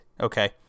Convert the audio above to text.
okay